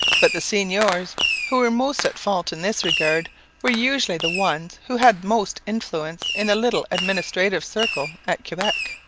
but the seigneurs who were most at fault in this regard were usually the ones who had most influence in the little administrative circle at quebec.